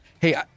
Hey